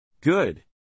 Good